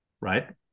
right